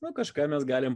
na kažką mes galim